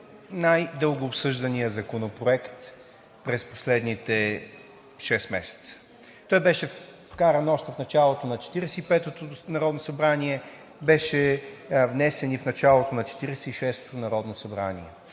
най-дълго обсъжданият законопроект през последните шест месеца. Той беше вкаран още в началото на 45-ото народно събрание, беше внесен и в началото на 46-ото народно събрание